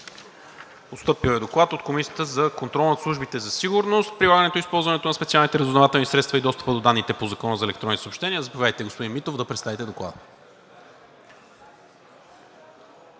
Постъпил е Доклад от Комисията за контрол над службите за сигурност за прилагането, използването на специалните разузнавателни средства и достъпа до данните по Закона за електронните съобщения. Моля представител на Комисията да представи Доклада